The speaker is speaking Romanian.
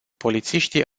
polițiștii